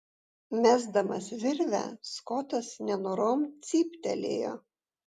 mesdamas virvę skotas nenorom cyptelėjo